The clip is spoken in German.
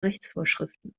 rechtsvorschriften